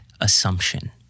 assumption